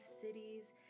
cities